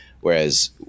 Whereas